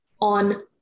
on